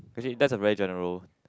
actually that's a very general